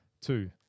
two